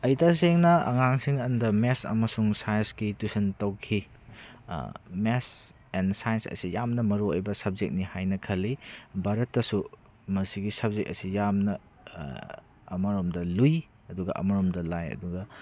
ꯑꯩ ꯇꯁꯦꯡꯅ ꯑꯉꯥꯡꯁꯤꯡꯗ ꯃꯦꯠꯁ ꯑꯃꯁꯨꯡ ꯁꯥꯏꯟꯁꯀꯤ ꯇ꯭ꯋꯤꯁꯟ ꯇꯧꯈꯤ ꯃꯦꯠꯁ ꯑꯦꯟ ꯁꯥꯏꯟꯁ ꯑꯁꯤ ꯌꯥꯝꯅ ꯃꯔꯨ ꯑꯣꯏꯕ ꯁꯕꯖꯦꯛꯅꯤ ꯍꯥꯏꯅ ꯈꯜꯂꯤ ꯕꯥꯔꯠꯇꯁꯨ ꯃꯁꯤꯒꯤ ꯁꯕꯖꯦꯛ ꯑꯁꯤ ꯌꯥꯝꯅ ꯑꯃꯔꯣꯝꯗ ꯂꯩꯏ ꯑꯗꯨꯒ ꯑꯃꯔꯣꯝꯗ ꯂꯥꯏ ꯑꯗꯨꯒ